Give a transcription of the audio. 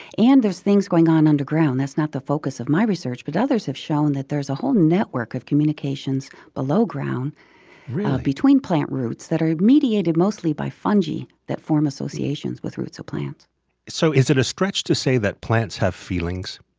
and things going on underground. that's not the focus of my research, but others have shown that there's a whole network of communications below ground between plant roots that are mediated mostly by fungi that form associations with roots of plants so is it a stretch to say that plants have feelings?